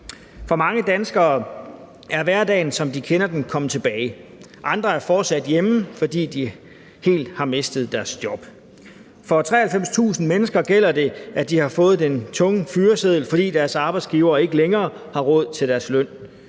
For mange danskere er hverdagen, som de kender den, kommet tilbage. Andre er fortsat hjemme, fordi de helt har mistet deres job. For 93.000 mennesker gælder det, at de har fået den tunge fyreseddel, fordi deres arbejdsgivere ikke længere har råd til deres løn.